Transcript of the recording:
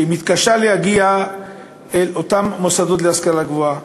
שמתקשה להגיע אל אותם מוסדות להשכלה גבוהה,